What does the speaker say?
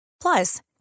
Plus